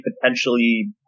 potentially